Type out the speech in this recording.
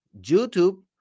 YouTube